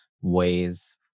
ways